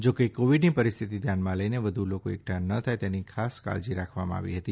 જોકે કોવિડની પરિસ્થિતિ ધ્યાનમાં લઈને વધુ લોકો એકઠા ન થાય તેની ખાસ કાળજી રાખવામાં આવી હતી